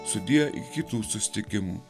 sudie iki kitų susitikimų